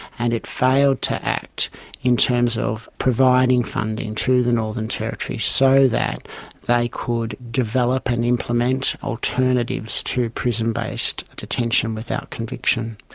and it failed to act in terms of providing funding to the northern territory so that they could develop and implement alternatives to prison-based detention without conviction.